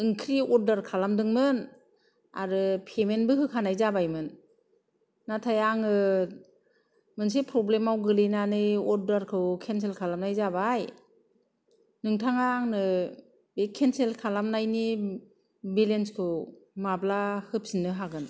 ओंख्रि अर्डार खालामदोंमोन आरो पेमेन्टबो होखानाय जाबायमोन नाथाय आङो मोनसे प्रब्लेमाव गोलैनानै अर्डारखौ केन्सेल खालामनाय जाबाय नोंथाङा आंनो बे केन्सेल खालामनायनि बेलेन्सखौ माब्ला होफिननो हागोन